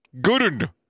Gooden